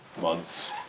months